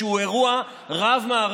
שהוא אירוע רב-מערכתי,